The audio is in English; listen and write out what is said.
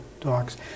dogs